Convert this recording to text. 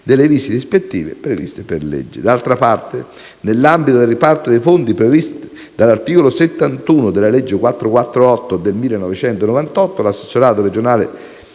delle visite ispettive previste per legge.